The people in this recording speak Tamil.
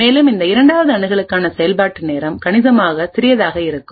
மேலும் இந்த இரண்டாவது அணுகலுக்கான செயல்பாட்டு நேரம் கணிசமாக சிறியதாக இருக்கும்